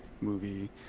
movie